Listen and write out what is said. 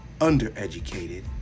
undereducated